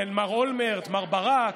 מר אולמרט, מר ברק,